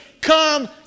come